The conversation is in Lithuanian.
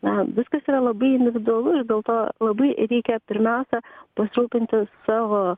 na viskas yra labai individualu ir dėl to labai reikia pirmiausia pasirūpinti savo